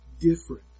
different